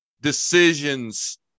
decisions